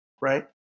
right